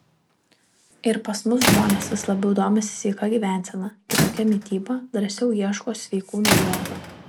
ir pas mus žmonės vis labiau domisi sveika gyvensena kitokia mityba drąsiau ieško sveikų naujovių